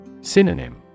Synonym